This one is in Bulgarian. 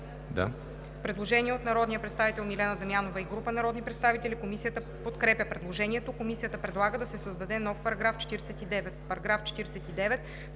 Предложение от народния представител Милена Дамянова и група народни представители: Комисията подкрепя предложението. Комисията предлага да се създаде § 74: „§ 74.